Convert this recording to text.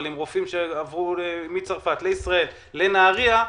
אבל עם רופאים שעברו מצרפת לישראל לנהריה,